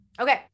Okay